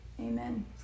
amen